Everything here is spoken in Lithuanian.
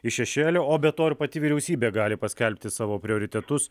iš šešėlio o be to pati vyriausybė gali paskelbti savo prioritetus